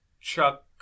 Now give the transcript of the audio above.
Chuck